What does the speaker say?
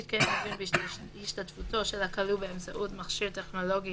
יתקיים הדיון בהשתתפותו של הכלוא באמצעות מכשיר טכנולוגי